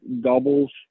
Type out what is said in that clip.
doubles